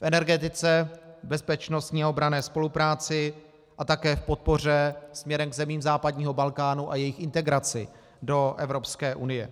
V energetice, v bezpečnostní a obranné spolupráci a také v podpoře směrem k zemím západního Balkánu a jejich integraci do Evropské unie.